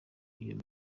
iyo